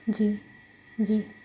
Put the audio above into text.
جی جی